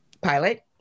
pilot